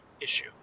issue